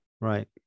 right